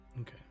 Okay